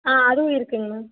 ஆ அதுவும் இருக்குங்க மேம்